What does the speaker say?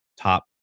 top